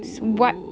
oo